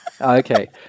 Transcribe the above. Okay